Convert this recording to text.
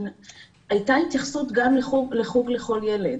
הייתה התייחסות גם לחוג לכל ילד,